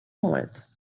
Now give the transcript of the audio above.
mult